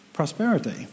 prosperity